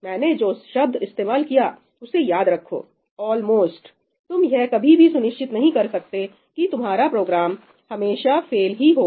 मैंने जो शब्द इस्तेमाल किया उसे याद रखो 'ऑलमोस्ट' तुम यह कभी भी सुनिश्चित नहीं कर सकते कि तुम्हारा प्रोग्राम हमेशा फेल ही होगा